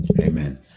Amen